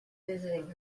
visiting